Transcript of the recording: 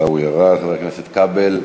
עיסאווי, ירד, חבר הכנסת כבל,